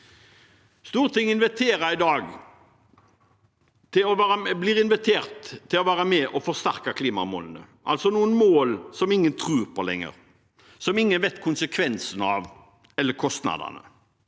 Stortinget blir i dag invitert til å være med og forsterke klimamålene – altså noen mål som ingen tror på lenger, og som ingen vet konsekvensene eller kostnadene